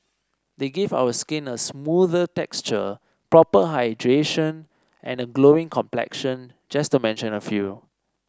they give our skin a smoother texture proper hydration and a glowing complexion just to mention a few